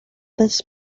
this